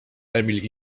emil